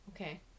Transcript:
Okay